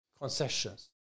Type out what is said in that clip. concessions